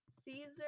Caesar